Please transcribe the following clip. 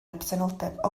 absenoldeb